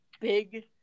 Big